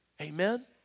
Amen